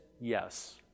yes